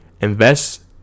Invest